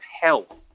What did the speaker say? health